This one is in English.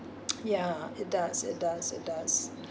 yeah it does it does it does